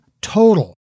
total